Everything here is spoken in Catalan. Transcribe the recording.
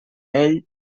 ell